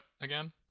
again